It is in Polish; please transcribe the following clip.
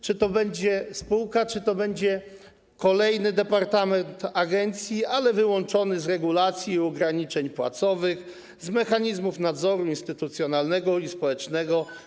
Czy to będzie spółka, czy to będzie kolejny departament agencji, ale wyłączony z regulacji i ograniczeń płacowych, z mechanizmów nadzoru instytucjonalnego i społecznego?